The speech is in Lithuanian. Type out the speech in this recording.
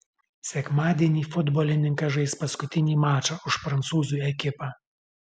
sekmadienį futbolininkas žais paskutinį mačą už prancūzų ekipą